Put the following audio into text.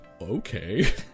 okay